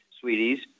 Sweeties